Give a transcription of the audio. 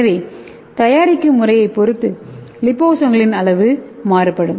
எனவே தயாரிக்கும் முறையைப் பொறுத்து லிபோசோம்களின் அளவு மாறுபடும்